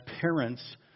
parents